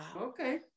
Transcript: Okay